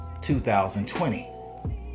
2020